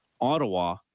Ottawa